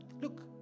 look